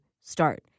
start